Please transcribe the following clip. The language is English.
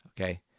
okay